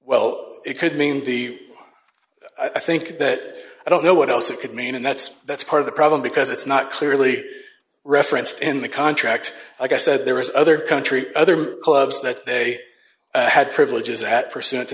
well it could mean the i think that i don't know what else it could mean and that's that's part of the problem because it's not clearly referenced in the contract i said there was other country other clubs that they had privileges at pursuant to